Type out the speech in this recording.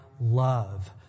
love